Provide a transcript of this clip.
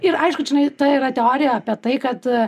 ir aišku čianai ta yra teorija apie tai kad